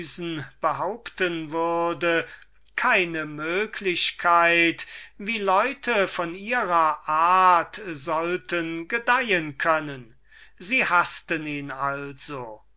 würde keine möglichkeit wie leute von ihrer art sollten gedeihen können sie hasseten ihn also